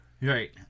Right